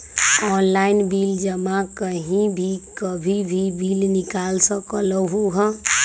Online bill जमा कहीं भी कभी भी बिल निकाल सकलहु ह?